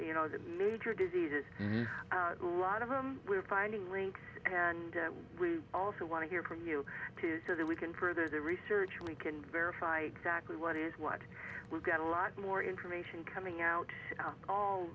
you know the major diseases lot of them we're finding links and we also want to hear from you too so that we can further the research we can verify exactly what is what we've got a lot more information coming out all